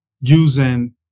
using